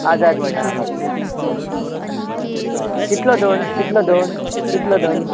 आझाद मैदाना फाटल्यान आं आं हय कितलो दंड कितलो दंड कितलो दंड